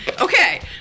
okay